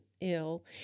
ill